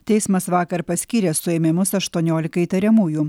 teismas vakar paskyrė suėmimus aštuoniolikai įtariamųjų